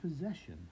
possession